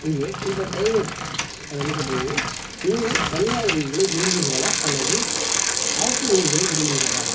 இதே இப்போது பிரைவேட் அதில் என்ன கேட்டிருக்கீங்க நீங்கள் தனியார் வங்கிகளை விரும்பீர்களா அல்லது அரசு வங்கிகளை விரும்பீர்களா